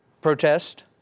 protest